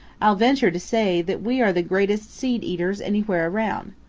i'll venture to say that we are the greatest seed-eaters anywhere around.